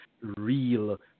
real